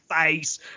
face